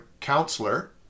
counselor